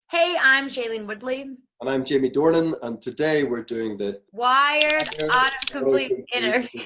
hey i'm shailene woodley. and i'm jamie dornan, and today we're doing the wired autocomplete interview.